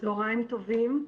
צוהריים טובים.